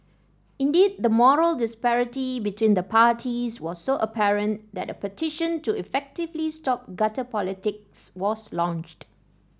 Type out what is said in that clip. indeed the moral disparity between the parties was so apparent that a petition to effectively stop gutter politics was launched